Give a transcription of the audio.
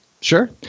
Sure